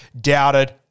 Doubted